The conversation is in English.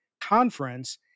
Conference